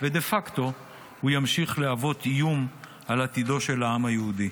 ודה פקטו הוא ימשיך להוות איום על עתידו של העם היהודי.